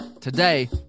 today